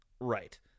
Right